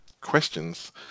Questions